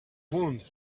wound